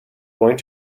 going